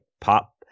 pop